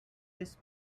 this